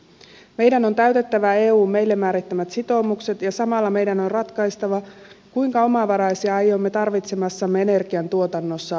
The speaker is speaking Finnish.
meidän on täytettävä eun meille määrittämät sitoumukset ja samalla meidän on ratkaistava kuinka omavaraisia aiomme tarvitsemassamme energiantuotannossa olla